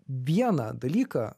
vieną dalyką